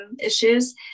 issues